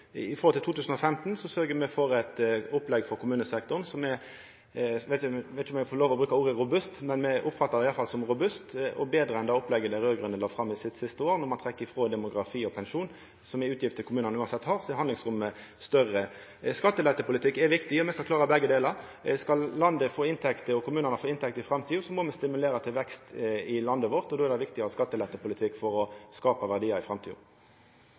i forhold til det som var utgangspunktet for 2014. Når det gjeld 2015, sørgjer me for eit opplegg for kommunesektoren som er robust – eg veit ikkje om eg får lov til å bruka ordet «robust», men me oppfattar det i alle fall som robust og betre enn det opplegget dei raud-grøne la fram i sitt siste år. Når me trekkjer frå demografi og pensjon, som er utgifter kommunane likevel har, er handlingsrommet større. Skattelettepolitikk er viktig, og me skal klara begge delar. Skal kommunane få inntekter i framtida, må me stimulera til vekst i landet vårt, og då er det viktig å ha ein skattelettepolitikk for å skapa verdiar i framtida.